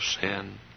sin